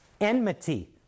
enmity